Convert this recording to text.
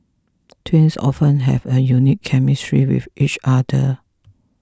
twins often have a unique chemistry with each other